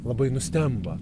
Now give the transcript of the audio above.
labai nustemba